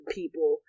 people